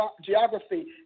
geography